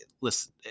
Listen